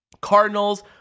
Cardinals